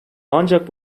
ancak